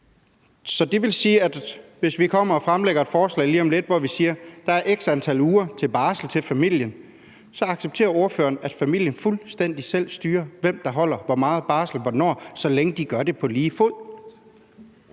Så det vil sige, at hvis vi kommer og fremsætter et forslag lige om lidt, hvor vi siger, at der er x antal ugers barsel til familien, så accepterer ordføreren, at familien fuldstændig selv styrer, hvem der holder hvor meget barsel og hvornår, så længe de gør det på lige fod.